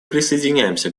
присоединяемся